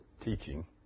teaching